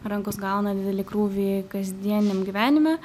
rankos gauna didelį krūvį kasdieniam gyvenime